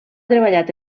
treballat